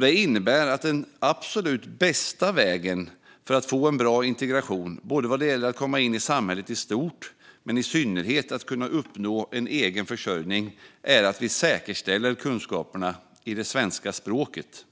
Det innebär att den absolut bästa vägen för att få en bra integration vad gäller både att komma in i samhället i stort och i synnerhet att kunna uppnå en egen försörjning är att vi säkerställer kunskaperna i det svenska språket.